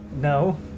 No